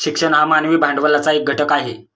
शिक्षण हा मानवी भांडवलाचा एक घटक आहे